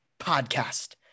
podcast